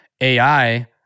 AI